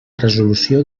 resolució